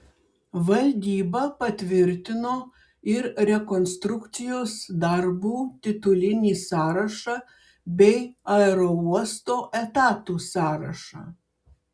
valdyba patvirtino ir rekonstrukcijos darbų titulinį sąrašą bei aerouosto etatų sąrašą